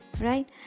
Right